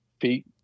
feet